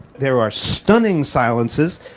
there are stunning silences,